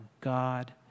God